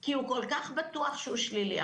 כי הוא כל כך בטוח שהוא שלילי.